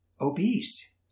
obese